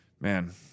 man